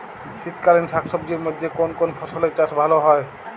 শীতকালীন শাকসবজির মধ্যে কোন কোন ফসলের চাষ ভালো হয়?